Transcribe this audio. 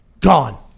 gone